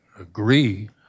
agree